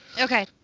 okay